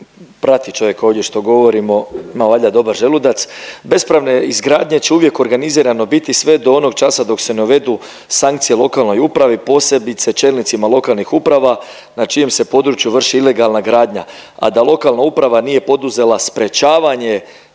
prati čovjek ovdje što govorimo, ima valjda dobar želudac. Bespravne izgradnje će uvijek organizirano biti sve do onog časa dok se ne uvedu sankcije lokalnoj upravi, posebice čelnicima lokalnih uprava na čijem se području vrši ilegalna gradnja, a da lokalna uprava nije poduzela sprječavanje